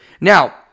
now